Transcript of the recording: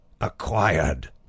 acquired